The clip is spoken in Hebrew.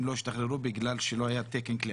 לא השתחררו בגלל שלא היה תקן כליאה.